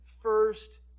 first